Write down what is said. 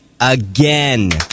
again